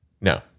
no